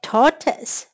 Tortoise